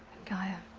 gaia.